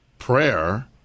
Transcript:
prayer